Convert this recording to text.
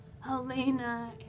Helena